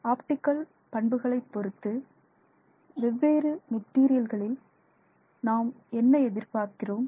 optical பண்புகளை பொறுத்து வெவ்வேறு மெட்டீரியல்களில் நாம் என்ன எதிர்பார்க்கிறோம்